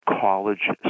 COLLEGE